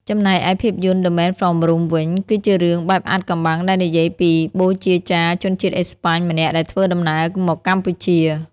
ចំណែកឯភាពយន្ត "The Man from Rome" វិញ គឺជារឿងបែបអាថ៌កំបាំងដែលនិយាយពីបូជាចារ្យជនជាតិអេស្ប៉ាញម្នាក់ដែលធ្វើដំណើរមកកម្ពុជា។